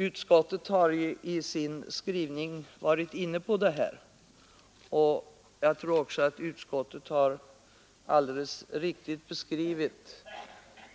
Utskottet har i sin skrivning varit inne på detta, och jag tror också att utskottet alldeles riktigt har beskrivit